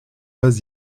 pas